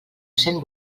cent